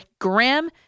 Graham